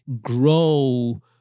grow